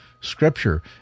Scripture